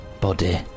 Body